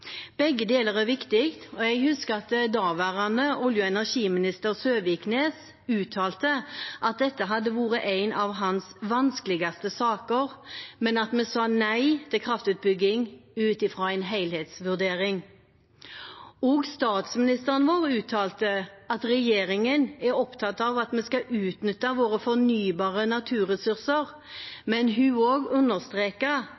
Begge deler er viktig. Jeg husker at daværende olje- og energiminister Søviknes uttalte at dette hadde vært en av hans vanskeligste saker, men at vi sa nei til kraftutbygging ut fra en helhetsvurdering. Også statsministeren vår uttalte at regjeringen er opptatt av at vi skal utnytte våre fornybare